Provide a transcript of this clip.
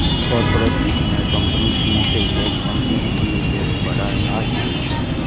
corporate वित्त मे कंपनीक मुख्य उद्देश्य कंपनीक मूल्य कें बढ़ेनाय होइ छै